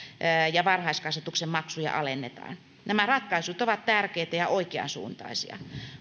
ja varhaiskasvatuksen maksuja alennetaan nämä ratkaisut ovat tärkeitä ja oikeansuuntaisia